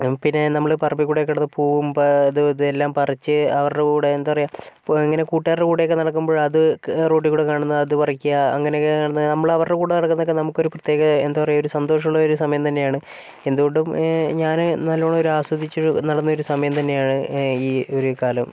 പിന്നേ നമ്മള് പറമ്പീക്കൂടെകെടന്ന് പോകുമ്പോ അതും ഇതും എല്ലാം പറിച്ച് അവരുടെ കൂടെ എന്താപറയുക ഇങ്ങനെ കൂട്ടുകാരുടെ കൂടെയൊക്കെ നടക്കുമ്പോഴത് റോഡിൽകൂടെ കാണുന്ന അത് പറിക്കുക അങ്ങനെയൊക്കെ നടന്നു നമ്മൾ അവർടെകൂടെ നടക്കുന്നയൊക്കെ നമുക്കൊരു പ്രത്യേക എന്താപറയുക ഒരു സന്തോഷമുള്ള ഒരു സമയം തന്നെയാണ് എന്തുകൊണ്ടും ഞാന് നല്ലോണം ഒരാസ്വാദിച്ച് നടന്നൊരൂ സമയം തന്നെയാണ് ഈ ഒരു കാലം